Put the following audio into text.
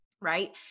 right